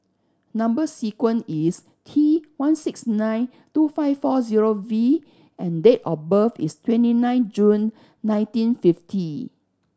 number sequence is T one six nine two five four zero V and date of birth is twenty nine June nineteen fifty